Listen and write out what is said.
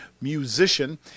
musician